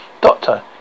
Doctor